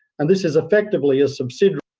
and this is effectively a subsidiary